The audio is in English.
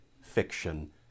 fiction